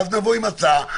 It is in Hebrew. ואז נבוא עם הצעה,